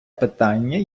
питання